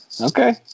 Okay